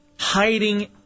Hiding